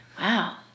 Wow